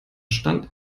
stand